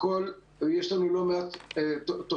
יש לנו לא מעט תוכניות.